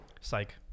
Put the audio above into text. Psych